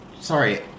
sorry